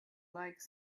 like